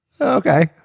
Okay